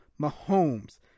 Mahomes